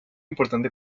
importante